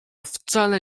wcale